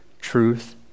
truth